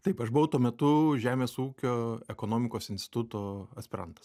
taip aš buvau tuo metu žemės ūkio ekonomikos instituto aspirantas